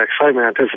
excitement